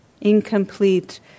incomplete